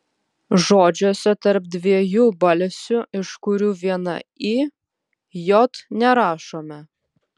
žodžiuose tarp dviejų balsių iš kurių viena i j nerašome